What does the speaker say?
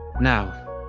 Now